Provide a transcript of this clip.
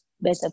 better